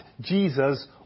Jesus